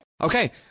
Okay